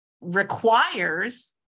requires